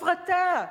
הפרטה,